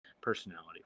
personality